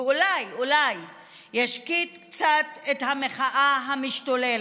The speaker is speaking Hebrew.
ואולי אולי ישקיט קצת את המחאה המשתוללת.